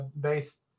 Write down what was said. based